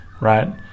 right